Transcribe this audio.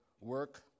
work